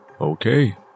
Okay